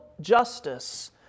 justice